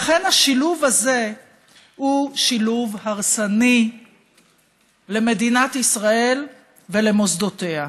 לכן השילוב הזה הוא שילוב הרסני למדינת ישראל ולמוסדותיה.